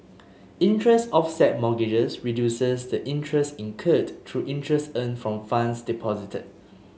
interest offset mortgages reduces the interest incurred through interest earned from funds deposited